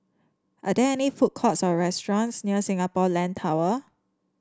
are there any food courts or restaurants near Singapore Land Tower